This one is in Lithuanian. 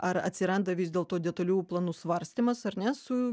ar atsiranda vis dėl to detalių planų svarstymas ar ne su